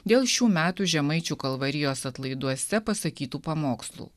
dėl šių metų žemaičių kalvarijos atlaiduose pasakytų pamokslų